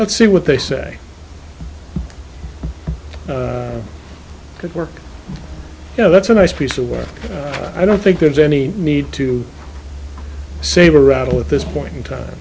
let's see what they say at work you know that's a nice piece of work i don't think there's any need to save a rattle at this point in time